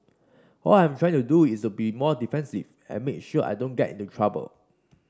all I am trying to do is be more defensive and make sure I don't get into trouble